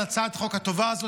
על הצעת החוק הטובה הזאת,